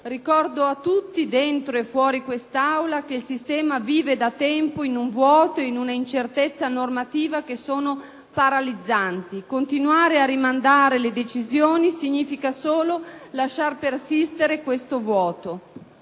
Ricordo a tutti, dentro e fuori quest'Aula, che il sistema vive da tempo in un vuoto e in una incertezza normativa paralizzanti. Continuare a rimandare le decisioni significa solo lasciare persistere questo vuoto.